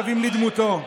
קווים לדמותו.